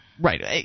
Right